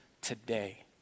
today